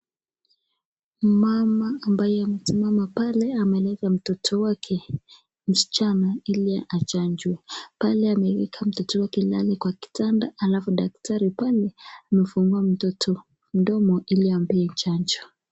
Mama ambaye amesimama pale ameleta mtoto wake Msichana ili achajwe pale amaweka ndani kwa kitanda alafu daktari pale amefungua mtoto mdomo ile ampee chanjo.